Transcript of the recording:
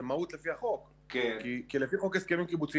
זה מהות לפי החוק כי לפי חוק הסכמים קיבוציים